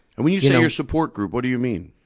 and when you say your support group, what do you mean?